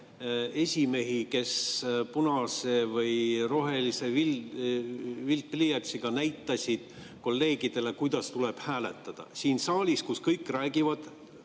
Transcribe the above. esimehi, kes punase või rohelise viltpliiatsiga näitasid kolleegidele, kuidas tuleb hääletada siin saalis, kus kõik räägivad